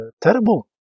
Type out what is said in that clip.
terrible